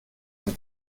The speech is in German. und